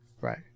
right